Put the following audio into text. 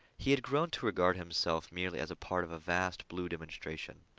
he had grown to regard himself merely as a part of a vast blue demonstration.